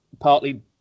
partly